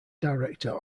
director